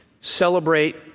celebrate